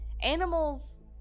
Animals